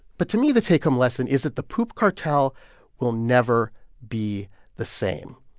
but to me, the take-home lesson is that the poop cartel will never be the same.